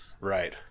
Right